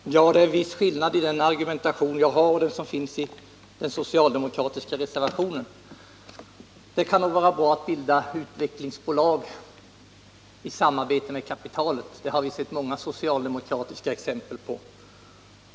Herr talman! Det är en viss skillnad på min argumentation och den som finns i den socialdemokratiska reservationen. Det kan nog vara bra att bilda utvecklingsbolag i samarbete med kapitalet — det har vi sett många socialdemokratiska exempel på.